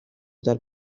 that